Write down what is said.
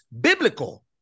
biblical